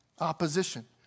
opposition